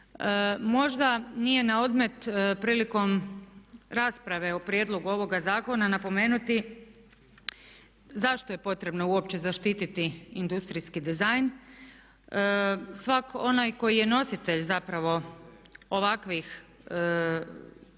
Možda nije na odmet prilikom rasprave o prijedlogu ovoga zakona napomenuti zašto je potrebno uopće zaštiti industrijski dizajn. Svatko onaj koji je nositelj zapravo ovakvih svojih